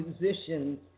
musicians